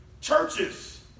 Churches